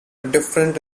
different